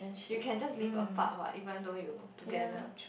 you can just leave apart what even though you together